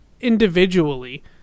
individually